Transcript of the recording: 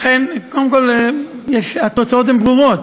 אכן, קודם כול, התוצאות הן ברורות: